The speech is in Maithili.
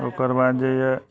ओकर बाद जे यऽ